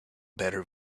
better